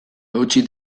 eutsi